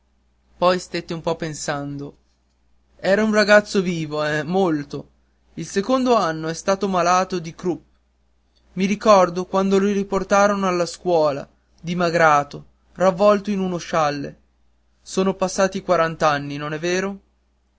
poi stette un po pensando era un ragazzo vivo eh molto il secondo anno è stato malato di crup i ricordo quando lo riportarono alla scuola dimagrato ravvolto in uno scialle son passati quarant'anni non è vero